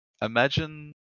Imagine